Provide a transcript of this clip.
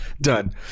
Done